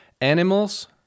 animals